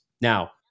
Now